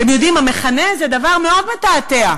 אתם יודעים, המכנה זה דבר מאוד מתעתע,